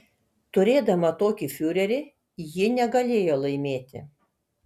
turėdama tokį fiurerį ji negalėjo laimėti